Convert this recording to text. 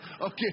okay